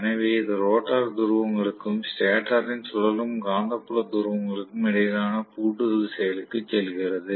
எனவே இது ரோட்டார் துருவங்களுக்கும் ஸ்டேட்டரின் சுழலும் காந்தப்புல துருவங்களுக்கும் இடையிலான பூட்டுதல் செயலுக்கு செல்கிறது